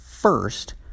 first